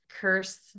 curse